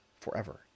forever